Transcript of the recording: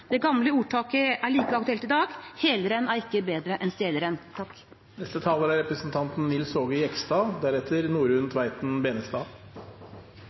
Det gamle ordtaket er like aktuelt i dag: Heleren er ikke bedre enn